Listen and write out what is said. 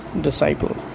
disciple